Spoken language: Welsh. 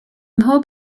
mhob